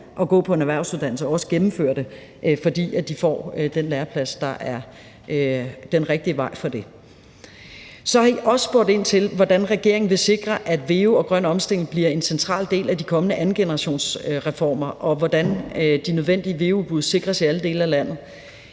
at gå på en erhvervsuddannelse, også gennemfører den, fordi de får den læreplads, der er den rigtige vej for det. Så har I også spurgt ind til, hvordan regeringen vil sikre, at veu og grøn omstilling bliver en central del af de kommende andengenerationsreformer, og hvordan de nødvendige veu-udbud sikres i alle dele af landet.